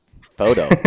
photo